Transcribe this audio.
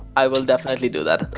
i will definitely do that.